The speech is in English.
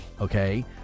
okay